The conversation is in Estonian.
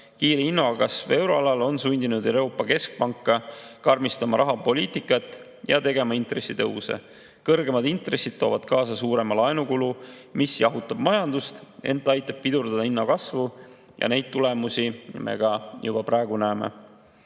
Kiire hinnakasv euroalal on sundinud Euroopa Keskpanka karmistama rahapoliitikat ja tegema intressitõuse. Kõrgemad intressid toovad kaasa suurema laenukulu, mis jahutab majandust, ent aitab pidurdada hinnakasvu. Neid tulemusi me praegu ka juba näeme.